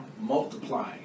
multiplying